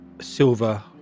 silver